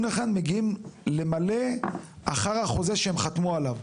לכאן הם מגיעים למלא אחר החוזה שהם חתמו עליו,